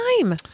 time